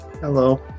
Hello